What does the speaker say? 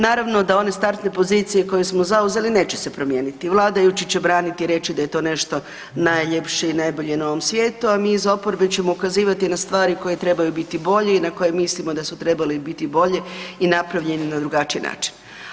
Naravno da one startne pozicije koje smo zauzeli, neće se promijeniti, vladajući će braniti i reći da je to nešto najljepše i najbolje na ovom svijetu, a mi iz oporbe ćemo ukazivati na stvari koje trebaju biti bolje i na koje mislimo da su trebale biti bolje i napravljene na drugačiji način.